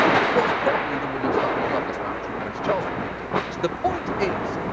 it was probably the woman stuck in a loveless marriage with prince charles for fifteen years. the point is,